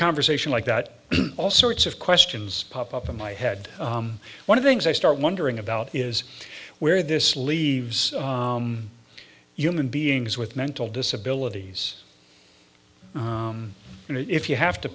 conversation like that all sorts of questions pop up in my head one of the things i start wondering about is where this leaves human beings with mental disabilities and if you have to